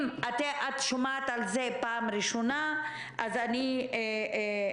אם את שומעת על זה פעם ראשונה אז אני מתפלא,